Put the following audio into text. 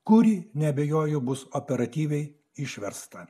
kuri neabejoju bus operatyviai išversta